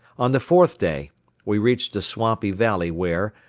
on the fourth day we reached a swampy valley where,